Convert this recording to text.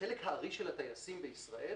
חלק הארי שלה טייסים בישראל,